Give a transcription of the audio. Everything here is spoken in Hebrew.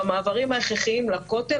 במעברים ההכרחיים לכותל,